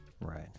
Right